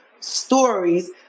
stories